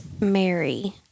Mary